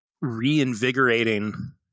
reinvigorating